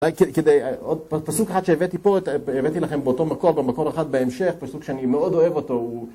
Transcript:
כדי, פסוק אחד שהבאתי פה, הבאתי לכם באותו מקום, במקום אחד בהמשך, פסוק שאני מאוד אוהב אותו, הוא..